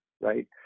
right